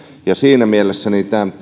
ja siinä mielessä